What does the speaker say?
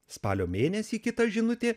spalio mėnesį kita žinutė